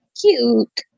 Cute